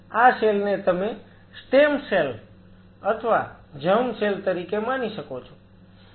આ સેલ ને તમે સ્ટેમ સેલ્સ અથવા જર્મ સેલ તરીકે માની શકો છો